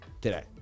today